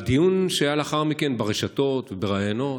הדיון שהיה לאחר מכן ברשתות ובראיונות,